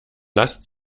lasst